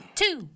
two